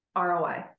ROI